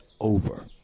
over